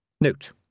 Note